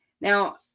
Now